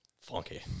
funky